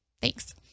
Thanks